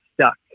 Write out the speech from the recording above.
stuck